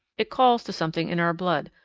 it calls to something in our blood,